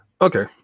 Okay